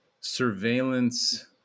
surveillance